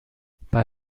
bei